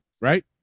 right